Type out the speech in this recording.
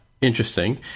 Interesting